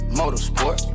motorsport